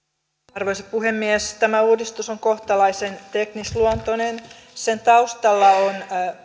arvoisa puhemies tämä uudistus on kohtalaisen teknisluontoinen sen taustalla on